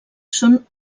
són